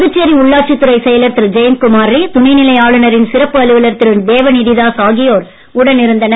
புதுச்சேரி உள்ளாட்சித்துறை செயலர் திரு ஜெயந்த் குமார் ரே துணை நிலை ஆளுனரின் சிறப்பு அலுவலர் திரு ஜி தேவநீதிதாஸ் ஆகியோர் உடனிருந்தனர்